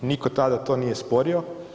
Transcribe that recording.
Niko tada to nije sporio.